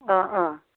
अह अह